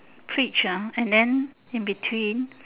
preach ah and then in between